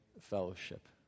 fellowship